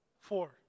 four